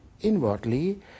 inwardly